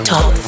Top